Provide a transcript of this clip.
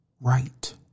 Right